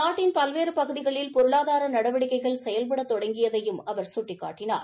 நாட்டின் பல்வேறு பகுதிகளில் பொருளாதார நடவடிக்கைகள் செயல்ட தொடங்கியதையும் அவா சுட்டிக்காட்டினார்